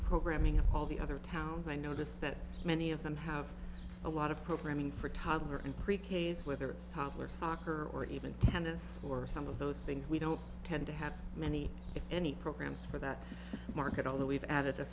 programming at all the other towns i notice that many of them have a lot of programming for toddler and pre k as whether it's toddler soccer or even tennis or some of those things we don't tend to have many if any programs for that market although we've added a